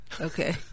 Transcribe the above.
okay